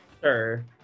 Sure